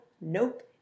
Nope